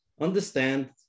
understand